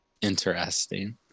interesting